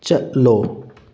ꯆꯠꯂꯣ